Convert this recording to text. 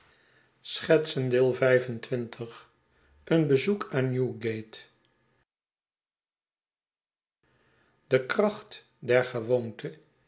een bezoek aan newgate de kracht der gewoonte